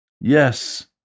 Yes